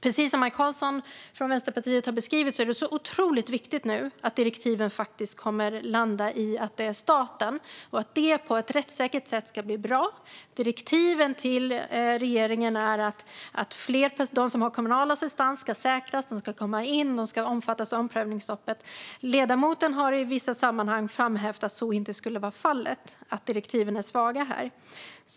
Precis som Maj Karlsson från Vänsterpartiet har beskrivit är det otroligt viktigt nu att direktiven kommer att landa i att det är staten som ska vara huvudansvarig och att det ska bli bra och ske på ett rättssäkert sätt. Direktiven till regeringen är att de som har kommunal assistans ska säkras, komma in och omfattas av omprövningsstoppet. Ledamoten har i vissa sammanhang framhävt att så inte skulle vara fallet och att direktiven är svaga här.